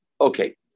Okay